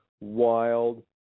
wild